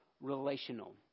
relational